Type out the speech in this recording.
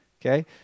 Okay